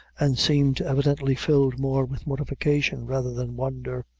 and seemed evidently filled more with mortification rather than wonder.